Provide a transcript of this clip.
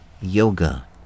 Yoga